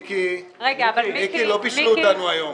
מיקי, לא בישלו אותנו היום.